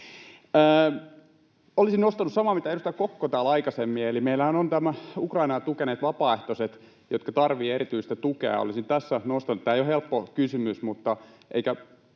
Olisin nostanut saman, mitä edustaja Kokko täällä aikaisemmin, eli meillähän ovat nämä Ukrainaa tukeneet vapaaehtoiset, jotka tarvitsevat erityistä tukea. Tämä ei ole helppo kysymys eikä